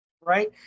right